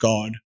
God